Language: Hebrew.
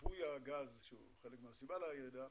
וריבוי הגז שזה חלק מהסיבה לירידה,